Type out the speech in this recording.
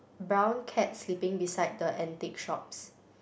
brown cat sleeping beside the antique shops